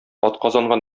атказанган